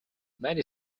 many